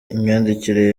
imyandikire